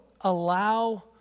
allow